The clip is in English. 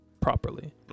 properly